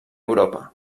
europa